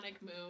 move